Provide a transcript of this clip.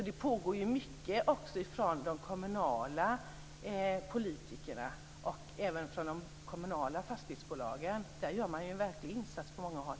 Det pågår mycket från de kommunala politikerna och även från de kommunala fastighetsbolagen. Där gör man en verklig insats på många håll.